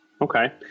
Okay